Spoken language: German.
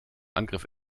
angriff